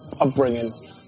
upbringing